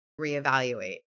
reevaluate